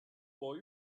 for